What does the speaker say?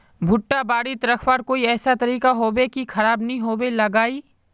भुट्टा बारित रखवार कोई ऐसा तरीका होबे की खराब नि होबे लगाई?